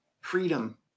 freedom